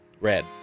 Red